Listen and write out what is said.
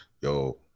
Yo